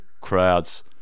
crowds